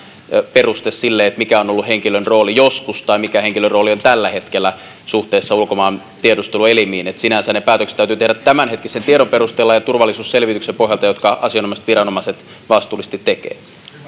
peruste sille mikä on ollut henkilön rooli joskus tai mikä henkilön rooli on tällä hetkellä suhteessa ulkomaan tiedusteluelimiin sinänsä ne päätökset täytyy tehdä tämänhetkisen tiedon perusteella ja turvallisuusselvityksen pohjalta jonka asianomaiset viranomaiset vastuullisesti tekevät